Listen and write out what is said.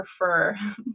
prefer